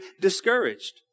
discouraged